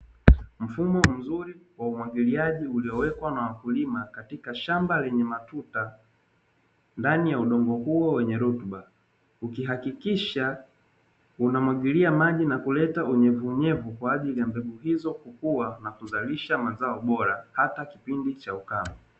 Mfumo mzuri wa umwagiliaji, uliowekwa na wakulima katika shamba lenye matuta ndani ya udongo huo wenye rutuba, ukihakikisha unamwagilia maji na kuleta unyevunyevu kwa ajili ya mbegu hizo kukua na kuzalisha mazao bora hata kipindi cha ukame.